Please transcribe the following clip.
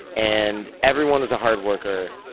and everyone was a hard worker.